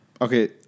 Okay